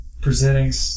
presenting